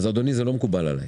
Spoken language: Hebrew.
אדוני, זה לא מקובל עלי.